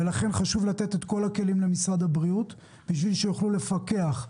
לכן חשוב לתת את כל הכלים למשרד הבריאות כדי שיוכלו לפקח,